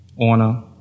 honor